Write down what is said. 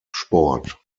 sport